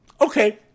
Okay